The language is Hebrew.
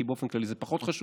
כי באופן כללי זה פחות חשוב,